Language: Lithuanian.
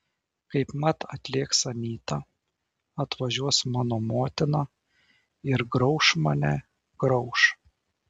kaipmat atlėks anyta atvažiuos mano motina ir grauš mane grauš